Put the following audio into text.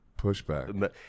pushback